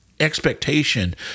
Expectation